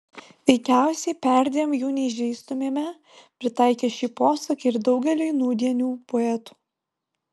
veikiausiai perdėm jų neįžeistumėme pritaikę šį posakį ir daugeliui nūdienių poetų